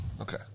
Okay